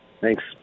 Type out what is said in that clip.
Thanks